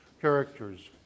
characters